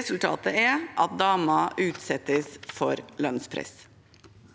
Resultatet er at damer utsettes for lønnspress.